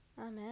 Amen